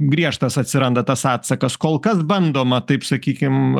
griežtas atsiranda tas atsakas kol kas bandoma taip sakykim